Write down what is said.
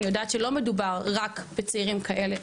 אני יודעת שלא מדובר רק בצעירים כאלה,